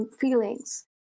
feelings